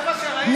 אחרי מה שראית,